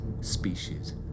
species